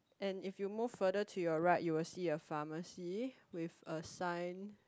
and if you move further to your right you will see a pharmacy with a sign